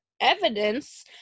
evidence